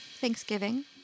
Thanksgiving